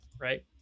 right